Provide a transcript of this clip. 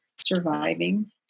surviving